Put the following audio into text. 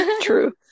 True